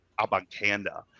Abankanda